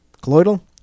colloidal